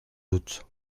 doute